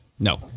No